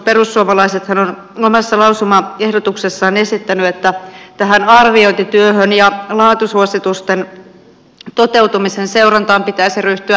perussuomalaisethan ovat omassa lausumaehdotuksessaan esittäneet että tähän arviointityöhön ja laatusuositusten toteutumisen seurantaan pitäisi ryhtyä välittömästi